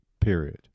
period